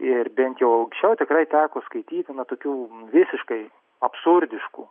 ir bent jau anksčiau tikrai teko skaityti na tokių visiškai absurdiškų